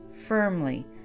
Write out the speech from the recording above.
firmly